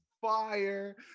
fire